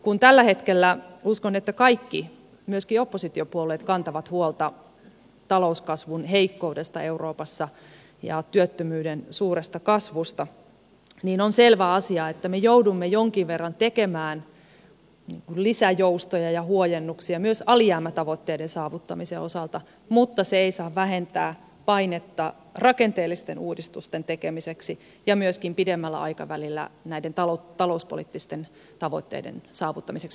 kun tällä hetkellä uskon kaikki myöskin oppositiopuolueet kantavat huolta talouskasvun heikkoudesta euroopassa ja työttömyyden suuresta kasvusta niin on selvä asia että me joudumme jonkin verran tekemään lisäjoustoja ja huojennuksia myös alijäämätavoitteiden saavuttamisen osalta mutta se ei saa vähentää painetta rakenteellisten uudistusten tekemiseksi ja myöskään pidemmällä aikavälillä näiden talouspoliittisten tavoitteiden saavuttamiseksi